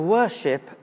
worship